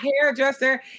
hairdresser